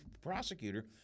prosecutor